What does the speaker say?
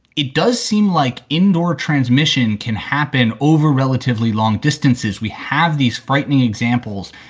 it does seem like indoor transmission can happen over relatively long distances. we have these frightening examples.